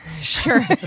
Sure